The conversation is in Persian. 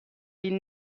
این